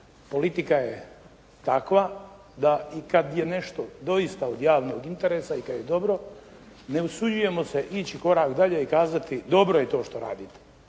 politika je takva da i kad je nešto doista od javnog interesa i kad je dobro ne usuđujemo se ići korak dalje i kazati dobro je to što radite.